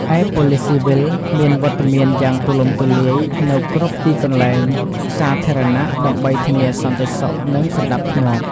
ឯប៉ូលិសស៊ីវិលមានវត្តមានយ៉ាងទូលំទូលាយនៅគ្រប់ទីកន្លែងសាធារណៈដើម្បីធានាសន្តិសុខនិងសណ្ដាប់ធ្នាប់។